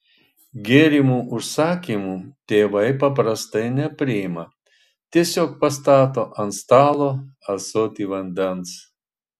gėrimų užsakymų tėvai paprastai nepriima tiesiog pastato ant stalo ąsotį vandens